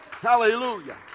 Hallelujah